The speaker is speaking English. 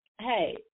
hey